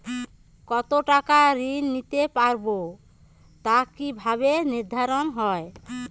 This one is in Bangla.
কতো টাকা ঋণ নিতে পারবো তা কি ভাবে নির্ধারণ হয়?